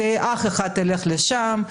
אח אחד ילך לשם,